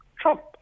trump